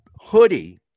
hoodie